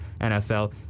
nfl